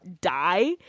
die